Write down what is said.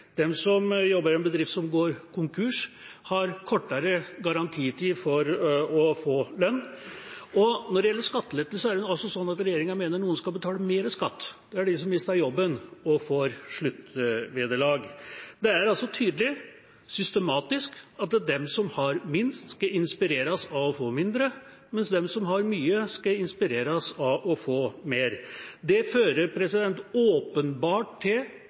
som jobber i en bedrift som går konkurs, har kortere garantitid for å få lønn. Når det gjelder skattelettelser, er det sånn at regjeringa mener at noen skal betale mer skatt, og det er de som mister jobben og får sluttvederlag. Det er altså tydelig, systematisk, at de som har minst, skal inspireres av å få mindre, mens de som har mye, skal inspireres av å få mer. Det fører åpenbart til